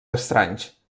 estranys